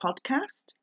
podcast